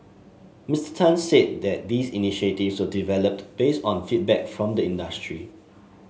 Mister Tan said that these initiatives were developed based on feedback from the industry